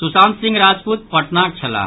सुशांत सिंह राजपूत पटनाक छलाह